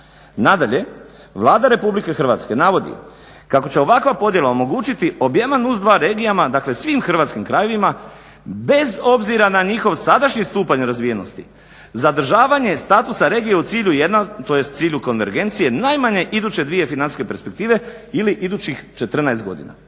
Nadalje, Vlada Republike Hrvatske navodi kako će ovakva podjela omogućiti objema NUC2 regijama, dakle svim hrvatskim krajevima bez obzira na njihov sadašnji stupanj nerazvijenosti zadržavanje statusa regije u cilju tj. cilju konvergencije najmanje iduće dvije financijske perspektive ili idućih 14 godina.